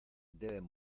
deben